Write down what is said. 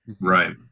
Right